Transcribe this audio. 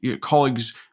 colleagues